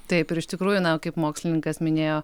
taip ir iš tikrųjų na kaip mokslininkas minėjo